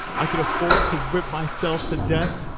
i could afford to whip myself to death